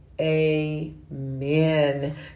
amen